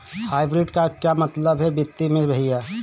Hybrid का क्या मतलब है वित्तीय में भैया?